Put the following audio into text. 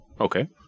Okay